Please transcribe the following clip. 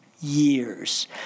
years